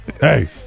Hey